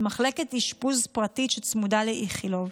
מחלקת אשפוז פרטית שצמודה לאיכילוב.